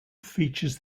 features